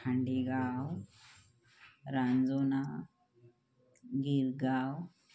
Khandigaon Ranjona Girgaon